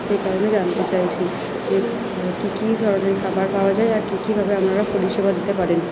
সেই কারণে জানতে চাইছি যে কী কী ধরনের খাবার পাওয়া যায় আর কী কীভাবে আপনারা পরিষেবা দিতে পারেন